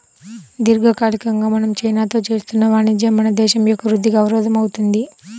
దీర్ఘకాలికంగా మనం చైనాతో చేస్తున్న వాణిజ్యం మన దేశం యొక్క వృద్ధికి అవరోధం అవుతుంది